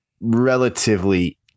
Relatively